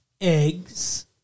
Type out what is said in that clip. eggs